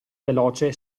veloce